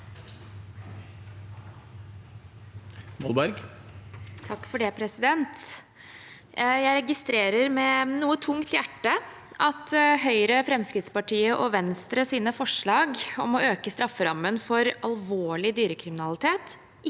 Jeg registrerer med noe tungt hjerte at Høyre, Fremskrittspartiet og Venstres forslag om å øke strafferammen for alvorlig dyrekriminalitet